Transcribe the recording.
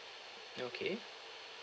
okay